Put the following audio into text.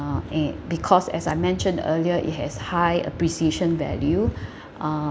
because as I mentioned earlier it has high appreciation value uh